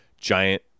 giant